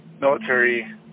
military